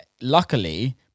luckily